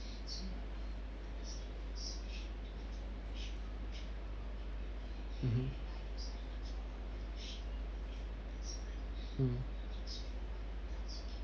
mmhmm mmhmm